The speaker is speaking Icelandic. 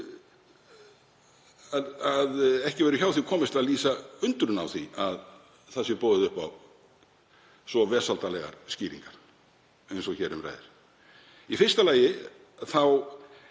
að ekki verður hjá því komist að lýsa undrun á því að boðið sé upp á svo vesældarlegar skýringar eins og hér um ræðir. Í fyrsta lagi er